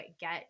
get